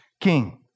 king